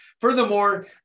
Furthermore